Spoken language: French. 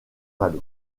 malo